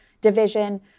division